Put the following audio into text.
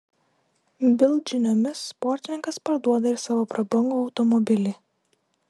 bild žiniomis sportininkas parduoda ir savo prabangų automobilį